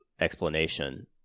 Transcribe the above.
explanation